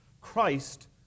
Christ